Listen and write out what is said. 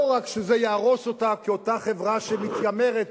זה לא רק יהרוס אותה כאותה חברה שמתיימרת,